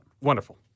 wonderful